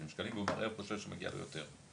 שקלים והוא מערער כי חושב שמגיע לו יותר.